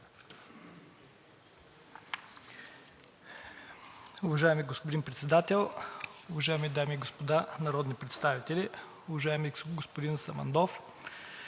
Уважаеми господин Председател, уважаеми дами и господа народни представители! Уважаеми господин Вълчев,